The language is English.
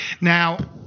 Now